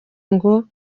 ngo